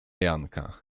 janka